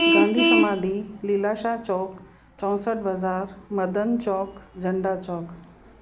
Gandhi Samadhi Lilashah Chowk Chausathi Bazaar Madan Chowk Jhanda Chowk